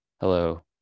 Hello